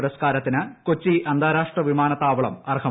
പുരസ്ക്കാരത്തിന് കൊച്ചി അന്താര്ാഷ്ട്ര വിമാനത്താവളം അർഹമായി